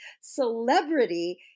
celebrity